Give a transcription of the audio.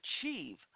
achieve